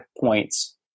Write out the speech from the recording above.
points